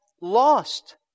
lost